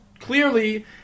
clearly